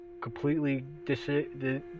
completely